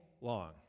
long